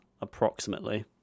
approximately